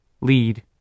lead